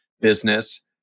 business